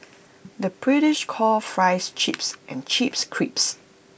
the British calls Fries Chips and Chips Crisps